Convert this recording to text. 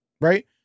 right